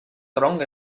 tronc